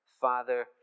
Father